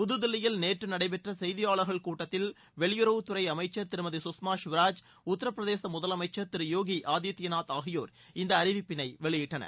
புத்தில்லியில் நேற்று நடைபெற்ற செய்தியாளர்கள் கூட்டத்தில் வெளியுறவுத்துறை அமைச்சர் திருமதி சுஷ்மா ஸ்வராஜ் உத்தரப்பிரதேவ முதலமைச்சர் திரு யோகி ஆதித்பநாத் ஆகியோர் இந்த அறிவிப்பினை வெளியிட்டனர்